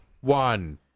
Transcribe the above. One